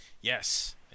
Yes